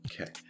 Okay